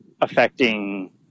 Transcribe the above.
affecting